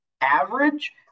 average